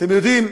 אתם יודעים,